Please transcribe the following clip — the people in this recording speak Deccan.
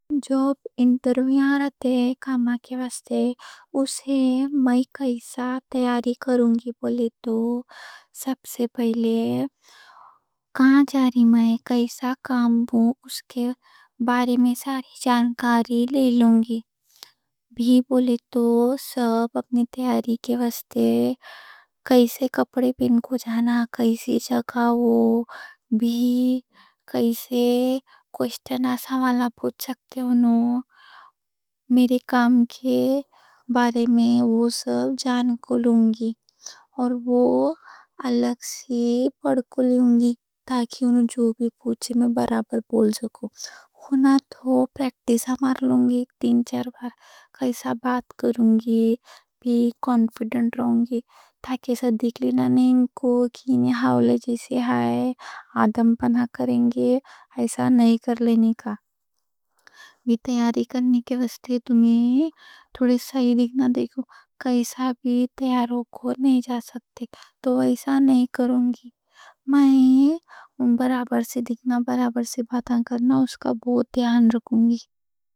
جو انٹرویو رہتے ہیں کام کے واسطے، اسے میں کیسا تیاری کرونگی بولے تو سب سے پہلے کیسا کام ہے، اس کے بارے میں ساری جانکاری لے لونگی. بھی بولے تو سب اپنی تیاری کے واسطے، کیسے کپڑے پہن کو جانا، کیسی جگہ ہو. بھی کیسے کویسچن سوالا پوچھ سکتے ہونو میرے کام کے بارے میں، وہ سب جانکاری لونگی اور وہ الگ سی پڑھ کے لونگی. تاکہ انہوں جو بھی پوچھیں، میں برابر بول سکوں. پریکٹس کرونگی تین چار بار، کیسا بات کرونگی، بھی کانفیڈنٹ رہونگی. تاکہ ایسا دیکھ لینا نہیں ان کو. بھی کانفیڈنٹ رہونگی، ایسا بھی تیار ہو کے نہیں جا سکتے تو ایسا نہیں کرونگی. میں برابر سے دکھنا، برابر سے باتاں کرنا، اس کا بہت تیار رکھونگی.